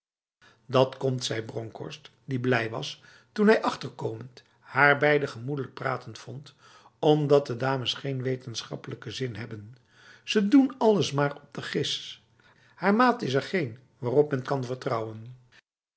dat komt zei bronkhorst die blij was toen hij achter komend haar beiden gemoedelijk pratende vond omdat de dames geen wetenschappelijke zin hebben ze doen alles zomaar op de gis haar maat is er geen waarop men kan vertrouwen